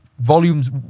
Volumes